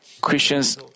Christians